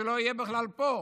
שלא יהיה בכלל פה,,